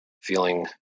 feeling